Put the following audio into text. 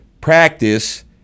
practice